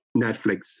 Netflix